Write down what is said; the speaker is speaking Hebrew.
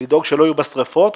ולדאוג שלא יהיו בה שרפות,